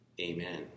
Amen